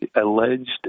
alleged